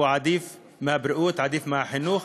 הוא עדיף על הבריאות, עדיף על החינוך,